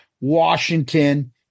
Washington